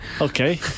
Okay